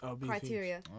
criteria